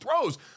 throws